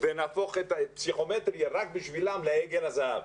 למשוואה שבה הפסיכומטרי לבדו הוא עגל הזהב.